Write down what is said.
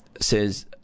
says